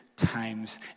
times